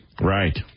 right